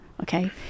okay